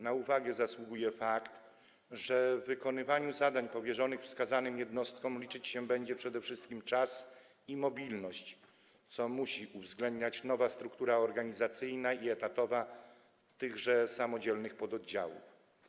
Na uwagę zasługuje fakt, że przy wykonywaniu zadań powierzonych wskazanym jednostkom liczyć się będzie przede wszystkim czas i mobilność, co musi uwzględniać nowa struktura organizacyjna i etatowa tychże samodzielnych pododdziałów.